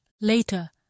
Later